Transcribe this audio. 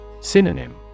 Synonym